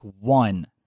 one